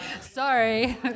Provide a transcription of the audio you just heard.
Sorry